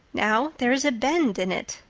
now there is a bend in it.